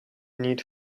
need